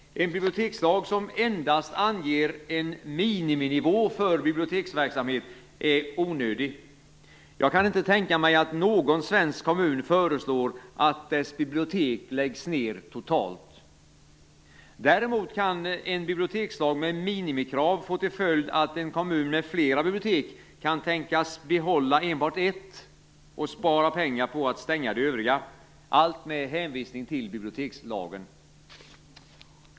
En bibliotekslag som endast anger en miniminivå för biblioteksverksamhet är onödig. Jag kan inte tänka mig att någon svensk kommun föreslår att dess bibliotek läggs ned totalt. Däremot kan en bibliotekslag med minimikrav få till följd att en kommun med flera bibliotek kan tänkas behålla enbart ett och spara pengar på att stänga de övriga. Allt med hänvisning till bibliotekslagen.